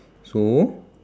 so